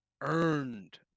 earned